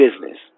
business